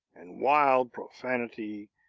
and wild profanity,